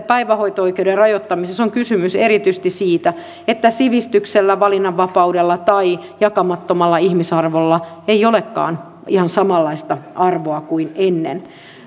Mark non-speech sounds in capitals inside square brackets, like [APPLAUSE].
[UNINTELLIGIBLE] päivähoito oikeuden rajoittamisessa on kysymys erityisesti siitä että sivistyksellä valinnanvapaudella tai jakamattomalla ihmisarvolla ei olekaan ihan samanlaista arvoa kuin ennen